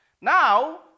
Now